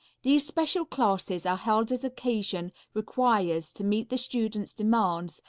these special classes are held as occasion requires to meet the students' demands,